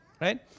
right